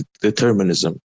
determinism